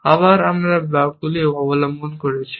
আবার আমরা ব্লকগুলিকে অবলম্বন করেছি